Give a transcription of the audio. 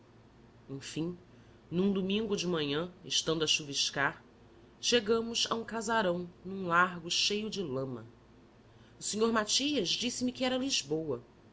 enfim num domingo de manhã estando a chuviscar chegamos a um casarão num largo cheio de lama o senhor matias disse-me que era lisboa